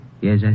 Yes